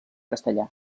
castellà